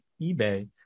eBay